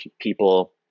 people